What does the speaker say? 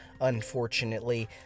Unfortunately